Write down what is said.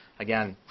again,